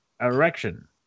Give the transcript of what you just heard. Erection